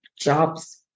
jobs